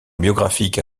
biographiques